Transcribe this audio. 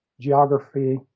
geography